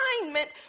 alignment